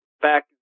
back